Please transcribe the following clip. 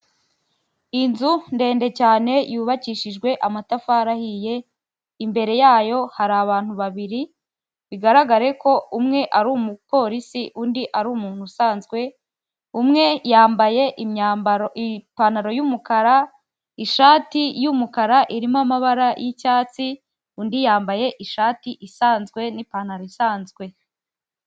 Inzu ndende cyane yubakishijwe amatafari ahiye imbere yayo hari abantu babiri, bigaragare ko umwe ari umupolisi undi ari umuntu usanzwe, umwe yambaye imyambaro ipantaro yumukara ishati y'umukara irimo amabara y'icyatsi, undi yambaye ishati isanzwe n'ipantaro isanzwe.